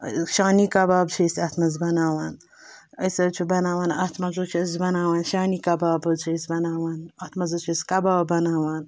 شانی کَباب چھِ أسۍ اَتھ منٛز بَناوان أسۍ حظ چھِ بَناوان اَتھ منٛز حظ چھِ أسی بَناوان شانی کَباب حظ چھِ أسۍ بَناوان اَتھ منٛز حظ چھِ أسۍ کَباب بَناوان